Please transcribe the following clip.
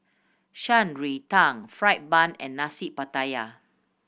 Shan Rui Tang fried bun and Nasi Pattaya